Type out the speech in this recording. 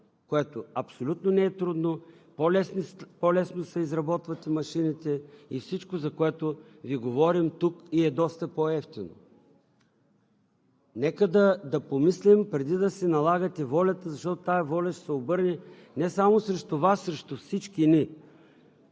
което абсолютно не е трудно, по-лесно се изработват машините и всичко, за което Ви говорим тук, и е доста по-евтино. Нека да помислим преди да си налагате волята, защото тази воля ще се обърне не само срещу Вас – срещу всички ни.